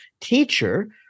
teacher